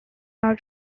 how